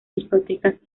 discotecas